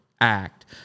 Act